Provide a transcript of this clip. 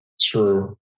True